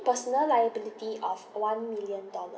personal liability of one million dollars